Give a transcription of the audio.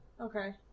Okay